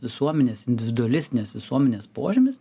visuomenės individualistinės visuomenės požymis